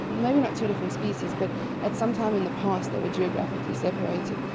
maybe not two different species but at some time in the past they were geographically separated,